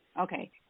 okay